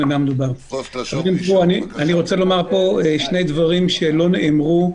אני רוצה לומר כאן שני דברים שלא נאמרו.